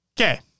Okay